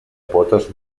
potes